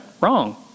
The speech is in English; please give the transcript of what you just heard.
Wrong